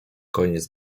koniec